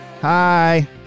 hi